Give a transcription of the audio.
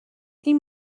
این